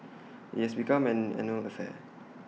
IT has become an annual affair